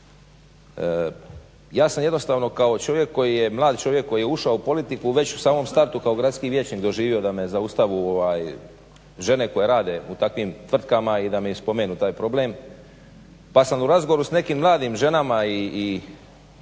Ja sam jednostavno kao čovjek koji je, mlad čovjek koji je ušao u politiku već u samom startu kao gradski vijećnik doživio da me zaustavu žene koje rade u takvim tvrtkama i da mi spomenu taj problem, pa sam u razgovoru sa nekim mladim ženama i